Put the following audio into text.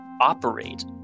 operate